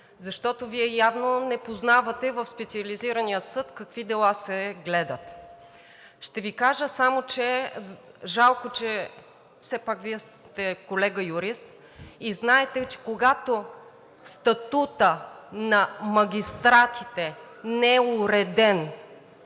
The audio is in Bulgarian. защото Вие явно не познавате в Специализирания съд какви дела се гледат. Ще Ви кажа само – жалко, че все пак Вие сте колега юрист и знаете, че когато статутът на магистратите не е уреден,